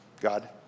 God